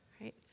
right